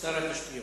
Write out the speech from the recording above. להשיב?